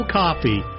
coffee